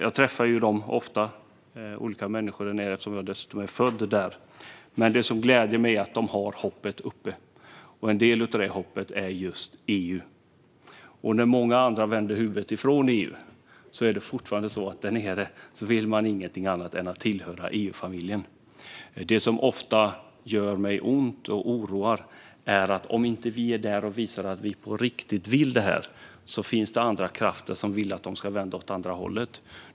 Jag träffar ofta olika människor där nere eftersom jag dessutom är född där. Det som gläder mig är att de håller hoppet uppe. En del av det hoppet gäller just EU. Många andra vänder huvudet bort från EU, men där nere vill man fortfarande ingenting annat än att tillhöra EU-familjen. Det som ofta gör mig ont och oroar är att om inte vi är där och visar att vi på riktigt vill detta finns det andra krafter som vill att de ska vända åt andra hållet.